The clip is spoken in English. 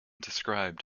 described